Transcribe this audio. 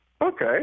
Okay